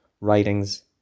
Writings